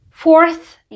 Fourth